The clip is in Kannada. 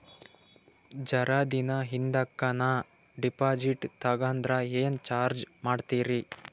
ಜರ ದಿನ ಹಿಂದಕ ನಾ ಡಿಪಾಜಿಟ್ ತಗದ್ರ ಏನ ಚಾರ್ಜ ಮಾಡ್ತೀರಿ?